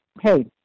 hey